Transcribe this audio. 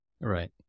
Right